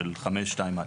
של 5(2)(א).